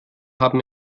haben